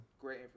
great